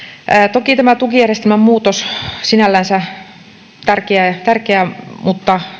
toki tämä tukijärjestelmän muutos sinällänsä on tärkeä mutta